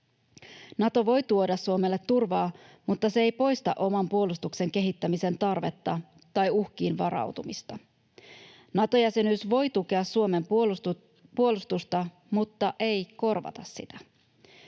Nato voi tuoda Suomelle turvaa, mutta se ei poista oman puolustuksen kehittämisen tarvetta tai uhkiin varautumista. Nato-jäsenyys voi tukea Suomen puolustusta mutta ei korvata sitä.